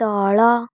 ତଳ